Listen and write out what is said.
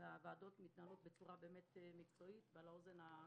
והן מתנהלות בצורה מקצועית לאוזנך הקשובה.